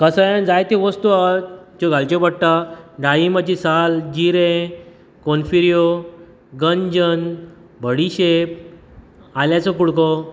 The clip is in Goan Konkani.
कसायान जायत्यो वस्तू आहा ज्यो घालच्यो पडटा दाळींबाची साल जिरें कोनफिरयो गंजन बडिशेप आल्यांचो कुडको